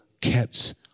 kept